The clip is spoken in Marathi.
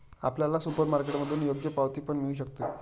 आपल्याला सुपरमार्केटमधून योग्य पावती पण मिळू शकते